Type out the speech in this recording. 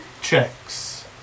checks